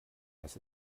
das